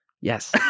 yes